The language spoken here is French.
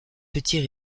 petits